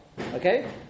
Okay